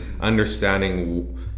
understanding